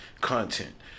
content